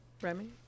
Remy